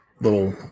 little